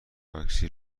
تاکسی